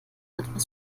etwas